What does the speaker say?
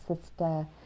sister